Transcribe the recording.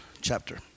chapter